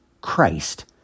Christ